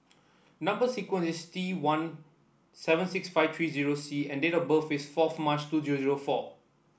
number sequence is T one seven six five three eight zero C and date of birth is fourth March two zero zero four